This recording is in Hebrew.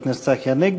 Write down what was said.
77, 90,